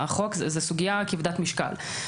החוק זה סוגיה כבדת משקל.